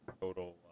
total